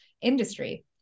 industry